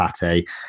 pate